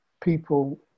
people